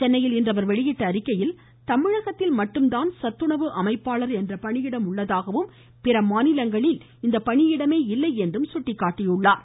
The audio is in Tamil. சென்னையில் இன்று அவர் வெளியிட்டுள்ள அறிக்கையில் தமிழகத்தில் மட்டும் தான் சத்தணவு அமைப்பாளர் என்ற பணியிடம் உள்ளதாகவும் பிற மாநிலங்களில் இந்த பணியிடமே இல்லை என்றும் சுட்டிக்காட்டியுள்ளார்